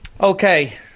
Okay